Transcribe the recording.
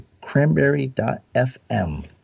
Cranberry.fm